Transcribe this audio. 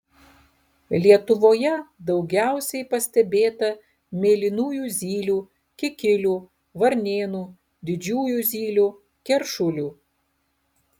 lietuvoje daugiausiai pastebėta mėlynųjų zylių kikilių varnėnų didžiųjų zylių keršulių